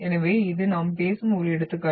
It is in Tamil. எனவே இது நாம் பேசும் ஒரு எடுத்துக்காட்டு